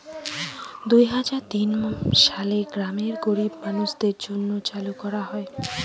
দুই হাজার তিন সালে গ্রামের গরীব মানুষদের জন্য চালু করা হয়